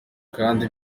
kandi